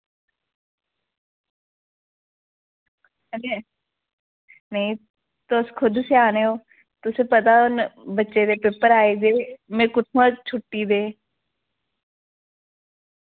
नेईं तुस खुद स्याने ओ तुसेंगी पता हून बच्चें दे पेपर आई गेदे में कुत्थुआं छुट्टी देआं